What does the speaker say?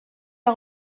est